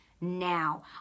now